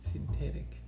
synthetic